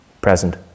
present